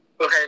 Okay